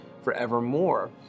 forevermore